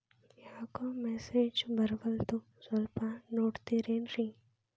ಯಾಕೊ ಮೆಸೇಜ್ ಬರ್ವಲ್ತು ಸ್ವಲ್ಪ ನೋಡ್ತಿರೇನ್ರಿ?